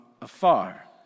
afar